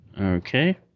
Okay